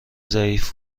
ضعیف